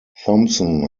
thompson